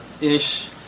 Ish